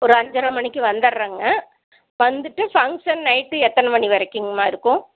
ஒரு அஞ்சரை மணிக்கு வந்துட்றேங்க வந்துவிட்டு ஃபங்க்ஷன் நைட்டு எத்தனை மணி வரைக்குங்கம்மா இருக்கும்